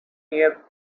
near